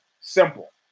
Simple